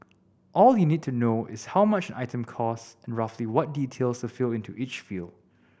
all you need to know is how much an item costs and roughly what details to fill into each field